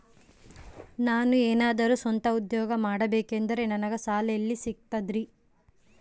ನಾನು ಏನಾದರೂ ಸ್ವಂತ ಉದ್ಯೋಗ ಮಾಡಬೇಕಂದರೆ ನನಗ ಸಾಲ ಎಲ್ಲಿ ಸಿಗ್ತದರಿ?